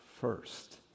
first